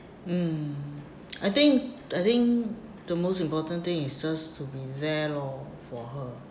mm I think I think the most important thing is just to be there lor for her